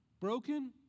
broken